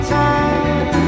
time